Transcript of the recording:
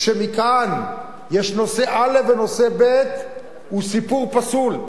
שמכאן יש נושא א' ונושא ב', הוא סיפור פסול,